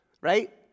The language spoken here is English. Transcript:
right